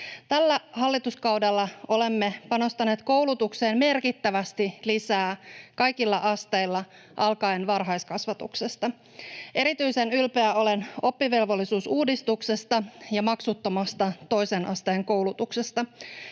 Tällä hallituskaudella olemme panostaneet koulutukseen merkittävästi lisää kaikilla asteilla alkaen varhaiskasvatuksesta. Erityisen ylpeä olen oppivelvollisuusuudistuksesta ja maksuttomasta toisen asteen koulutuksesta,